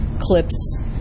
clips